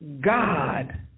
God